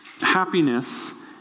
happiness